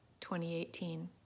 2018